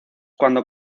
cuando